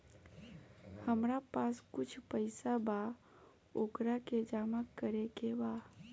हमरा पास कुछ पईसा बा वोकरा के जमा करे के बा?